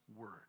Word